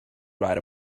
right